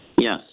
Yes